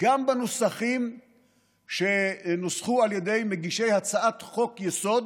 אבל כמו שאומרים בערבית,